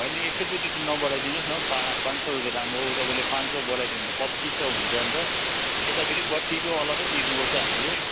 होइन एक चोटि त न बढाइदिनु होस् न पाँच पाँच सय रुप्पे त अम्बो तपाईँले पाँँच सय रुप्पे बढाइदियो भने त पच्चिस सय हुन्छ अन्त यता फेरि बत्तीको अलग्ग तिर्नु पर्छ हामीले